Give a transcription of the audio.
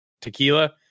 tequila